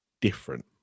different